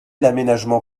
l’aménagement